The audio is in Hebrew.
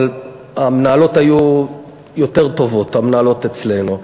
אבל המנהלות היו יותר טובות, המנהלות אצלנו.